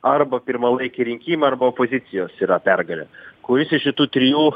arba pirmalaikiai rinkimai arba opozicijos yra pergalė kuris iš šitų trijų